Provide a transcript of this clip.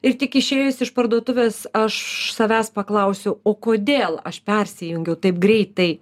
ir tik išėjus iš parduotuvės aš savęs paklausiau o kodėl aš persijungiau taip greitai